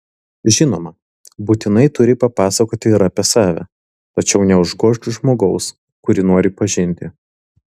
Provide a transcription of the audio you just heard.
žinoma būtinai turi papasakoti ir apie save tačiau neužgožk žmogaus kurį nori pažinti